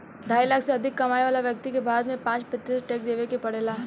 ढाई लाख से अधिक कमाए वाला व्यक्ति के भारत में पाँच प्रतिशत टैक्स देवे के पड़ेला